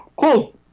Cool